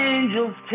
Angels